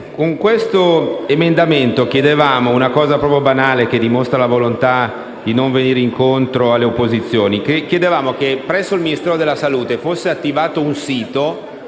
con questo emendamento chiedevamo una cosa proprio banale, che dimostra la volontà di non venire incontro alle opposizioni. Chiedevamo che presso il Ministero della salute fosse attivato un sito